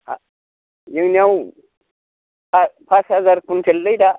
जोंनियाव पास हाजार कुविन्टेललै दा